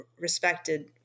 respected